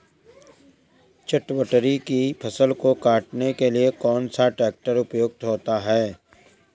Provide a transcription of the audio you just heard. चटवटरी की फसल को काटने के लिए कौन सा ट्रैक्टर उपयुक्त होता है?